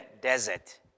desert